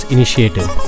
Initiative